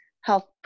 health